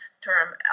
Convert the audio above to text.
term